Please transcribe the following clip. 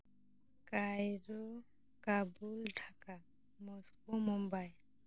Cairo Kabul Dhaka Moscow Mumbai